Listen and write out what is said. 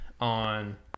on